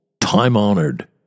time-honored